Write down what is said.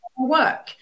work